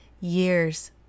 years